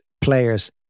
players